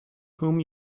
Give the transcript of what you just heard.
whom